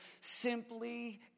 simply